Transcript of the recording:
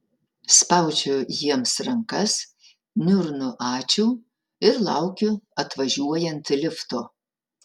spaudžiu jiems rankas niurnu ačiū ir laukiu atvažiuojant lifto